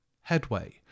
headway